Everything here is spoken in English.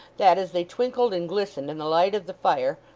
that as they twinkled and glistened in the light of the fire,